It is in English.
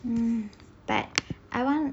hmm but I want